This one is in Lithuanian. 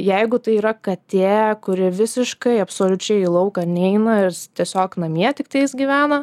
jeigu tai yra katė kuri visiškai absoliučiai į lauką neina ir tiesiog namie tiktais gyvena